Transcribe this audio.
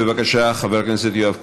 בבקשה, חבר הכנסת יואב קיש,